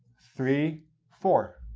three, four.